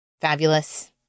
Fabulous